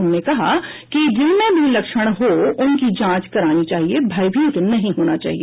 उन्होंने कहा कि जिनमे भी लक्षण हो उनकी जांच करानी चाहिए भयभीत नहीं होना चाहिए